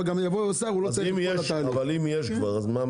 אבל אם יש כבר?